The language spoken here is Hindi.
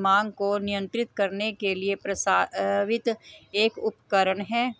मांग को नियंत्रित करने के लिए प्रस्तावित एक उपकरण है